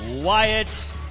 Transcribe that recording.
Wyatt